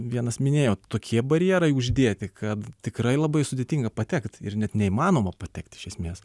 vienas minėjo tokie barjerai uždėti kad tikrai labai sudėtinga patekt ir net neįmanoma patekt iš esmės